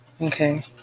Okay